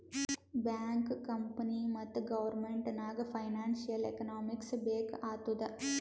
bank, company ಮತ್ತ government ನಾಗ್ financial economics ಬೇಕ್ ಆತ್ತುದ್